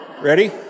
Ready